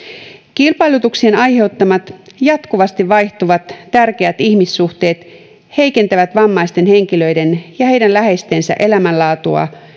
kilpailutuksen aiheuttamat jatkuvasti vaihtuvat tärkeät ihmissuhteet heikentävät vammaisten henkilöiden ja heidän läheistensä elämänlaatua